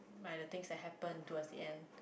by the things that happened towards the end